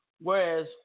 Whereas